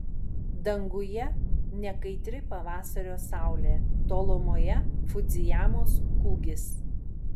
danguje nekaitri pavasario saulė tolumoje fudzijamos kūgis